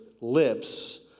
lips